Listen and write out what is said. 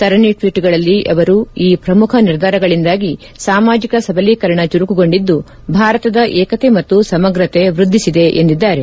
ಸರಣಿ ಟ್ವೀಟ್ಗಳಲ್ಲಿ ಅವರು ಈ ಪ್ರಮುಖ ನಿರ್ಧಾರಗಳಿಂದಾಗಿ ಸಾಮಾಜಿಕ ಸಬಲೀಕರಣ ಚುರುಕುಗೊಂಡಿದ್ದು ಭಾರತದ ಏಕತೆ ಮತ್ತು ಸಮಗ್ರತೆ ವ್ಯದ್ಧಿಸಿದೆ ಎಂದಿದ್ದಾರೆ